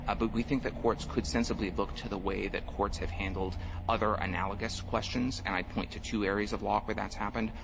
ah but we think that courts could sensibly look to the way that courts have handled other analogous questions, and i point to two areas of law where that's happened.